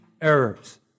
errors